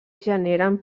generen